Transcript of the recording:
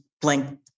blank